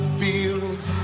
feels